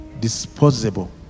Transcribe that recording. Disposable